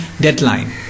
deadline